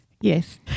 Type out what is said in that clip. Yes